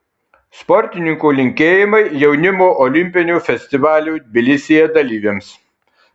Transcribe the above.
sportininkų linkėjimai jaunimo olimpinio festivalio tbilisyje dalyviams